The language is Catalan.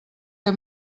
que